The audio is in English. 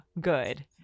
good